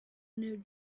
new